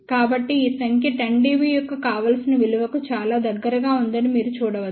కాబట్టి ఈ సంఖ్య 10 dB యొక్క కావలసిన విలువకు చాలా దగ్గరగా ఉందని మీరు చూడవచ్చు